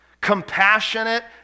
Compassionate